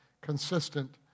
consistent